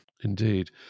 Indeed